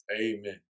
Amen